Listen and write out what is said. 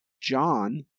John